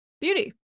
Beauty